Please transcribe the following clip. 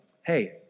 Hey